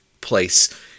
place